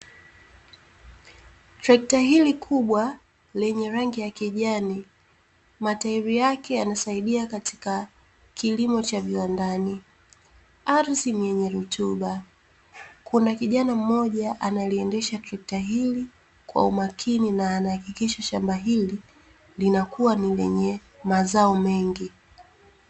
Trekta hili kubwa lenye rangi ya kijani, matairi yake yanasaidia katika kilimo cha viwandani. Ardhi yenye rutuba kuna kijana mmoja analiendesha trekta hili kwa umakini na anahakikisha shamba hili linakuwa ni lenye mazao mengi.